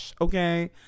Okay